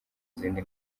izindi